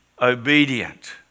obedient